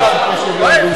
מה יש?